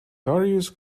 darius